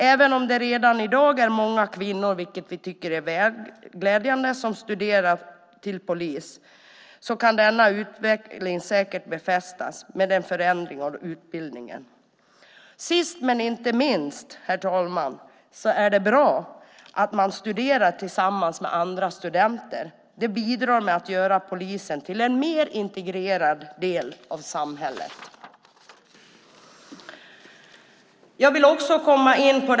Även om det redan i dag är många kvinnor, vilket vi tycker är glädjande, som studerar till polis kan denna utveckling säkert befästas med en förändring av utbildningen. Dessutom, herr talman, vill jag säga att det är bra att studera tillsammans med andra studenter. Det bidrar till att polisen blir en mer integrerad del av samhället.